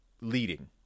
leading